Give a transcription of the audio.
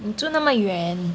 你住那么远